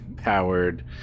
powered